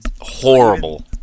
horrible